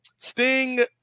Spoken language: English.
Sting